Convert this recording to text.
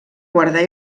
guardar